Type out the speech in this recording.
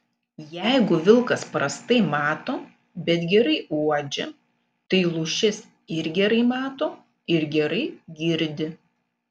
jeigu vilkas prastai mato bet gerai uodžia tai lūšis ir gerai mato ir gerai girdi